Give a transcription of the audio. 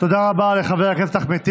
תודה רבה לחבר הכנסת אחמד טיבי.